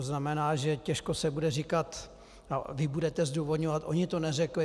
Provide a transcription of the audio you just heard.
To znamená, těžko se bude říkat a vy budete zdůvodňovat: Oni to neřekli.